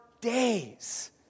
days